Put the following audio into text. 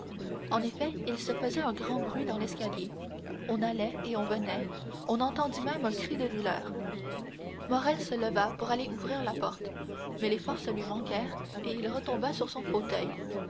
en effet il se faisait un grand bruit dans l'escalier on allait et on venait on entendit même un cri de douleur morrel se leva pour aller ouvrir la porte mais les forces lui manquèrent et il retomba sur son fauteuil